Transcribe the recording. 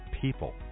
people